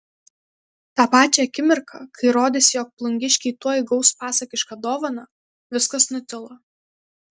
tą pačią akimirką kai rodėsi jog plungiškiai tuoj gaus pasakišką dovaną viskas nutilo